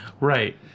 Right